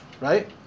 right